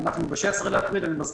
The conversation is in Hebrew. אנחנו מדברים עכשיו, אנחנו ב-16 באפריל.